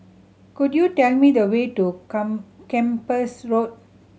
could you tell me the way to Come Kempas Road